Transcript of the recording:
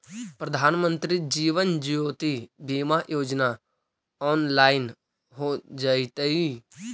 प्रधानमंत्री जीवन ज्योति बीमा योजना ऑनलाइन हो जइतइ